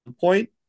point